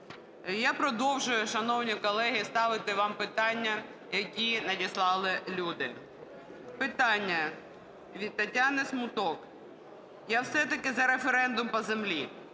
Я продовжую, шановні колеги, ставити вам питання, які надіслали люди. Питання від Тетяни Смуток. "Я все таки за референдум по землі.